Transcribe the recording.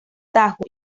tajo